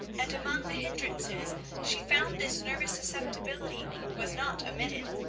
and among the hindrances she found this nervous susceptibility was not omitted.